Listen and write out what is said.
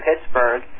Pittsburgh